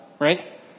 right